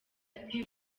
ati